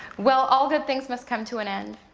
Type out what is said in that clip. well, all good things must come to an end.